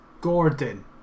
Gordon